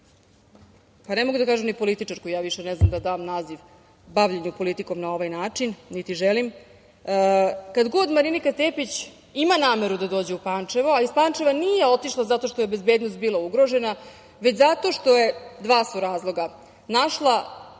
ovu ne mogu da kažem ni političarku, ne znam da dam naziv bavljenja politikom na ovaj način, niti želim, kad god Marinika Tepić ima nameru da dođe u Pančevo, a iz Pančeva nije otišla zato što joj je bezbednost bila ugrožena, već zato što je, dva su razloga, našla